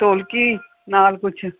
ਢੋਲਕੀ ਨਾਲ ਕੁਛ